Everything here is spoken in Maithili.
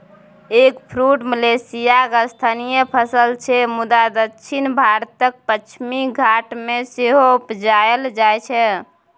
एगफ्रुट मलेशियाक स्थानीय फसल छै मुदा दक्षिण भारतक पश्चिमी घाट मे सेहो उपजाएल जाइ छै